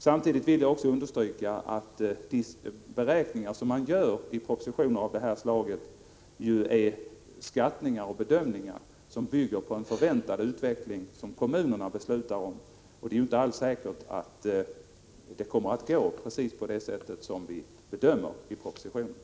Samtidigt vill jag understryka att de beräkningar som man gör i propositioner av detta slag ju är skattningar och bedömningar som bygger på en förväntad utveckling som kommunerna beslutar om. Det är inte alls säkert att det kommer att gå precis så som vi bedömer i propositionerna.